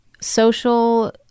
social